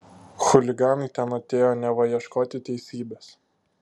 chuliganai ten atėjo neva ieškoti teisybės